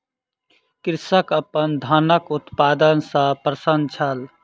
कृषक अपन धानक उत्पादन सॅ प्रसन्न छल